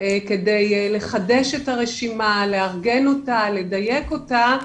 כדי לחדש את הרשימה, לארגן אותה, לדייק אותה,